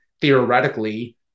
Theoretically